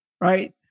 right